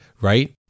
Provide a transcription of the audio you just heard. right